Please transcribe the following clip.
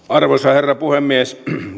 arvoisa herra puhemies